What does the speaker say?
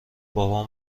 بابام